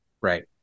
Right